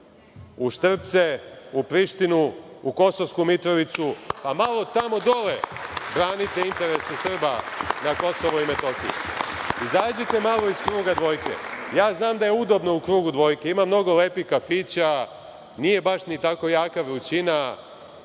u Štrpce, u Prištinu, u Kosovsku Mitrovicu, pa malo tamo dole branite interese Srba na KiM, izađite malo iz kruga dvojke, znam da je udobno u krugu dvojke. Ima mnogo lepih kafića, nije baš ni tako jaka vrućina,